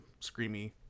screamy